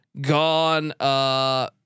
Gone